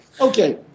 Okay